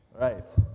right